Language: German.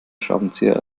schraubenzieher